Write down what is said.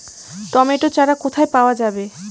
Tomato চারা কোথায় পাওয়া যাবে?